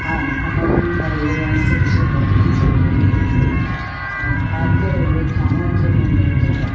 आम् अहं रेल्यानस्य विषये वक्तुं शक्नोमि भारतीयरेल्वे ठाणाते मुम्बैतः